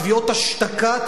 תביעות השתקה,